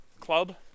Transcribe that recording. club